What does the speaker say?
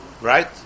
right